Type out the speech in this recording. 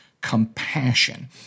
compassion